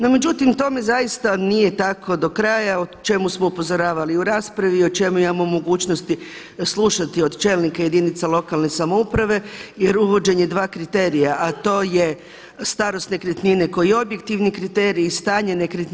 No međutim tome zaista nije tako do kraja o čemu smo upozoravali u raspravi i o čemu imamo mogućnosti slušati od čelnika jedinica lokalne samouprave jer uvođenje dva kriterija, a to je starost nekretnine koji je objektivni kriterij i stanje nekretnine.